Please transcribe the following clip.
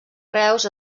reus